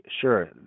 sure